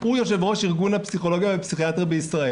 הוא יושב-ראש איגוד הפסיכיאטריה בישראל.